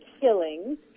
killings